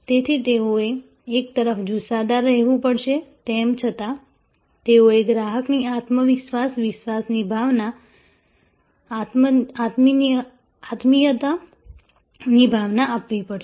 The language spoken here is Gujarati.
તેથી તેઓએ એક તરફ જુસ્સાદાર રહેવું પડશે તેમ છતાં તેઓએ ગ્રાહકને આત્મવિશ્વાસ વિશ્વાસની ભાવના આત્મીયતાની ભાવના આપવી પડશે